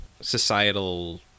societal